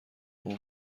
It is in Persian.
اون